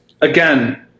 again